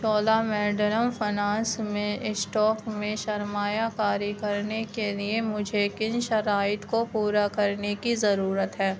چولا Mandalam finance میں stock میں سرمایہ کاری کرنے کے لیے مجھے کن شرائط کو پورا کرنے کی ضرورت ہے